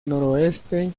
noroeste